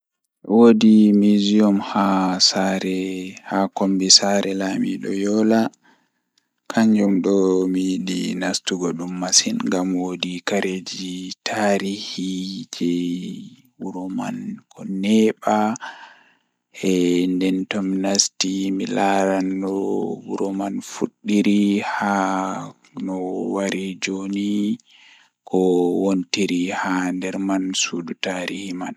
Woodi miseum haa kombi haa kombi saare lamido yola kanjum do mi yidi nastugo masin ngam woodi kareeji tari wuro man ko neebi nden tomi nasti mi laaran no wuro man fuddiri haa no wari jooni ko wontiri haa nder man suudu tarihi man.